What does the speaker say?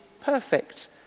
perfect